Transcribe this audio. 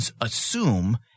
assume